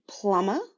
plumber